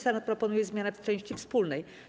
Senat proponuje zmianę w części wspólnej.